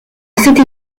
cette